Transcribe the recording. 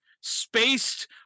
Spaced